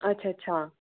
अच्छा अच्छा